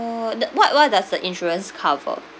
err the what what does the insurance cover